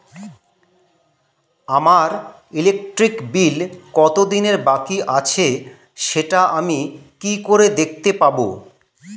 আমার electric bill কত দিনের বাকি আছে সেটা আমি কি করে দেখতে পাবো?